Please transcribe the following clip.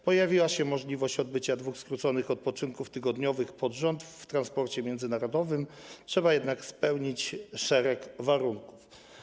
Pojawiła się możliwość odbywania dwóch z rzędu skróconych odpoczynków tygodniowych w transporcie międzynarodowym, trzeba jednak spełnić szereg warunków.